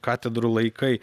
katedrų laikai